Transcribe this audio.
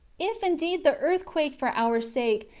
if, indeed, the earth quaked for our sake,